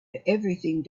everything